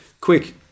Quick